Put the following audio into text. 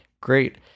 Great